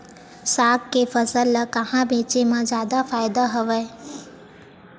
साग के फसल ल कहां बेचे म जादा फ़ायदा हवय?